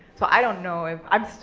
so i don't know if, i'm